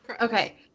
Okay